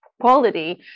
quality